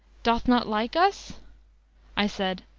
doth not like us i said,